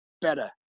better